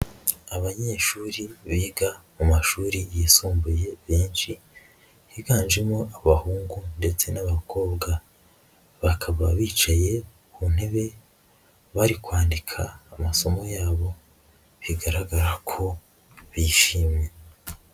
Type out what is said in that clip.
Abanyeshuri biga mu mashuri yisumbuye benshi higanjemo abahungu ndetse n'abakobwa, bakaba bicaye ku ntebe bari kwandika amasomo yabo bigaragara ko bishimye.